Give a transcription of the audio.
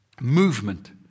movement